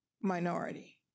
minority